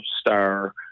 Star